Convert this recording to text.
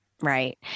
Right